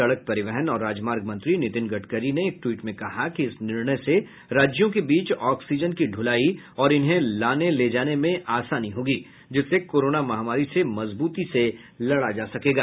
सड़क परिवहन और राजमार्ग मंत्री नितिन गडकरी ने एक ट्वीट में कहा कि इस निर्णय से राज्यों के बीच ऑक्सीजन की ढुलाई और इन्हें लाने ले जाने में आसानी होगी जिससे कोरोना महामारी से मजबूती से लड़ा जा सकेगा